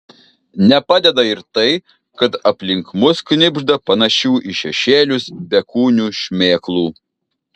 nepadeda ir tai kad aplink mus knibžda panašių į šešėlius bekūnių šmėklų